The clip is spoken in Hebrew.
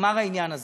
נגמר העניין הזה.